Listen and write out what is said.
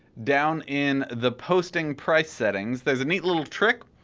down in the posting price settings, there's a neat little trick.